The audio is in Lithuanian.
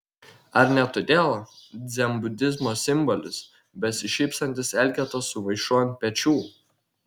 ar ne todėl dzenbudizmo simbolis besišypsantis elgeta su maišu ant pečių